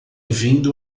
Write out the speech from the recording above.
vindo